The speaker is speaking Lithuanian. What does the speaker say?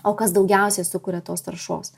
o kas daugiausiai sukuria tos taršos